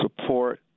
support